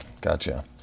Gotcha